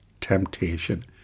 temptation